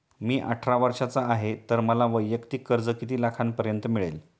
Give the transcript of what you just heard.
मी अठरा वर्षांचा आहे तर मला वैयक्तिक कर्ज किती लाखांपर्यंत मिळेल?